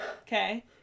Okay